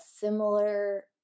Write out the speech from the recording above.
similar